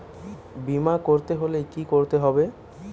বিমা করতে হলে কি করতে হবে?